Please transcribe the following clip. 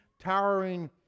towering